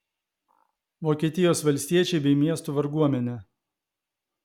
vokietijos valstiečiai bei miestų varguomenė